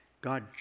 God